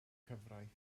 cyfraith